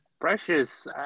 Precious